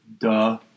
duh